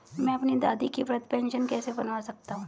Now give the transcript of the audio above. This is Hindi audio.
मैं अपनी दादी की वृद्ध पेंशन कैसे बनवा सकता हूँ?